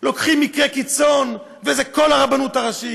לוקחים מקרה קיצון וזה כל הרבנות הראשית,